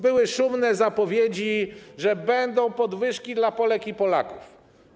Były szumne zapowiedzi, że będą podwyżki dla Polek i Polaków.